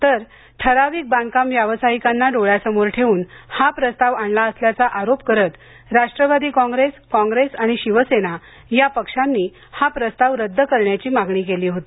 तर ठराविक बांधकाम व्यावसायिकांना डोळ्यासमोर ठेवून हा प्रस्ताव आणला असल्याचा आरोप करत राष्ट्रवादी काँग्रेस काँग्रेस आणि शिवसेना या पक्षांनी हा प्रस्ताव रद्द करण्याची मागणी केली होती